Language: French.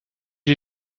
est